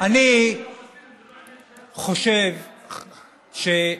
אני חושב שגם,